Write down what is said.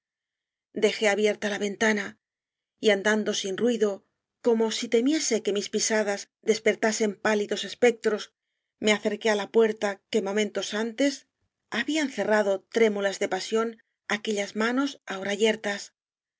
dejé abierta la ventana y andando sin rui do como si temiese que mis pisadas desper tasen pálidos espectros me acerqué á la puer ta que momentos antes habían cerrado trémuías de pasión aquellas manos ahora